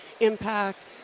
impact